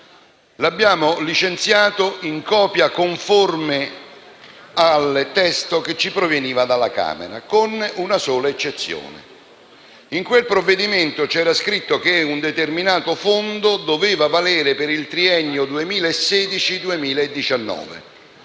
abusivi, in copia conforme al testo pervenuto dalla Camera, con una sola eccezione: in quel provvedimento c'era scritto che un determinato fondo doveva valere per il triennio 2016-2019.